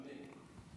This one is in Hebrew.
אמן.